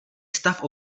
stav